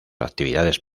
actividades